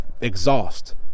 Exhaust